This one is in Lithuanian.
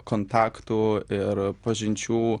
kontaktų ir pažinčių